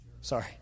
Sorry